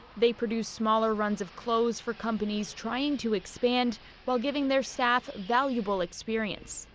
they produce smaller runs of clothes for companies trying to expand while giving their staff valuable experience.